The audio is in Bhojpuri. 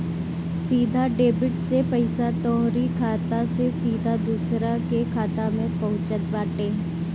सीधा डेबिट से पईसा तोहरी खाता से सीधा दूसरा के खाता में पहुँचत बाटे